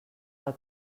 pel